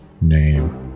name